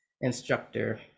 instructor